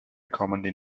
commonly